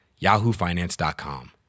YahooFinance.com